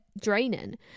draining